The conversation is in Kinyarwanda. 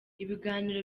ibiganiro